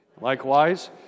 Likewise